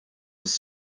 his